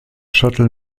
shuttle